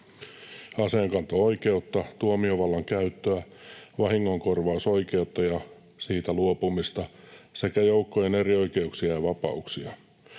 aseenkanto-oikeutta, tuomiovallan käyttöä, vahingonkorvausoikeutta ja siitä luopumista sekä joukkojen erioikeuksia ja vapauksia.